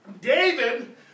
David